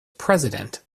president